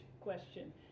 question